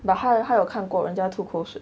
but 他他有看过人家吐口水